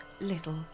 little